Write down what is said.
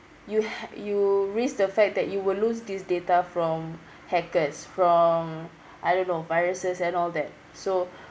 you ha~ you risk the fact that you will lose this data from hackers from I don't know viruses and all that so